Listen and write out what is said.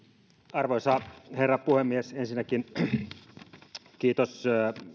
arvoisa herra puhemies ensinnäkin kiitos